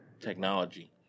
technology